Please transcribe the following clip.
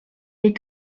est